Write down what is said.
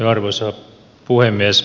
arvoisa puhemies